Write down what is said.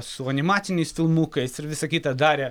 su animaciniais filmukais ir visa kita darė